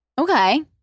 Okay